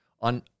on